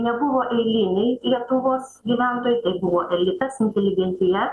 nebuvo eiliniai lietuvos gyventojai tai buvo elitas inteligentija